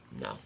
No